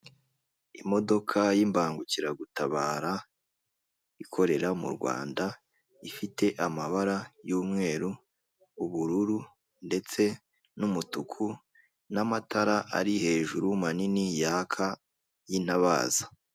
Imodoka y'imbangukiragutabara, ikorera mu rwanda ifite amabara y'umweru, ubururu ndetse n'umutuku n'amatara ari hejuru manini yaka y'intabaza.